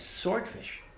swordfish